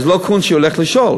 זה לא קונץ שהוא ילך לשאול.